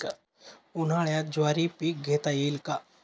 उन्हाळ्यात ज्वारीचे पीक घेता येईल का?